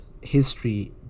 history